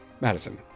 Madison